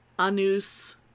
anus